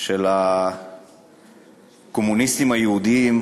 של הקומוניסטים היהודים,